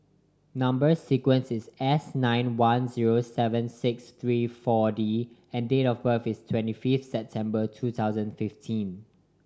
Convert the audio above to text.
number sequence is S nine one zero seven six three Four D and date of birth is twenty fifth September two thousand fifteen